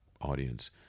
audience